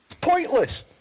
pointless